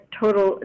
total